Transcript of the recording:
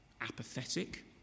apathetic